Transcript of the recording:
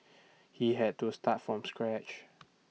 he had to start from scratch